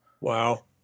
Wow